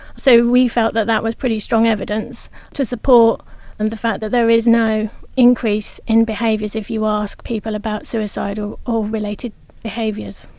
so we felt that that was pretty strong evidence to support and the fact that there is no increase in behaviours if you ask people about suicidal or related behaviours.